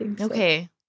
okay